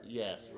yes